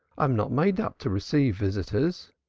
i'm not made up to receive visitors.